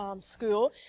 School